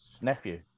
nephew